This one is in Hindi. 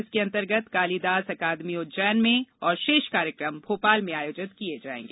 इसके अंतर्गत कालिदास अकादमी उज्जैन में और शेष कार्यक्रम भोपाल में आयोजित की जायेगी